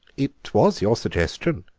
it was your suggestion,